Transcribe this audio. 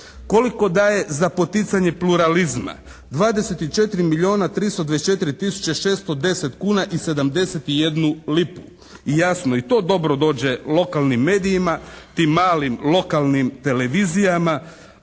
Koliko daje za poticanje pluralizma 24 milijuna 324 tisuće 610 kuna i 71 lipu. I jasno, i to dobro dođe lokalnim medijima, tim malim lokalnim televizijama.